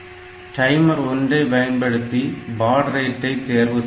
timer 1 ஐ பயன்படுத்தி baud ரேட்டை தேர்வு செய்யலாம்